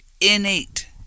Innate